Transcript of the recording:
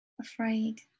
afraid